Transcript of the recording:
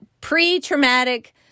pre-traumatic